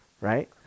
right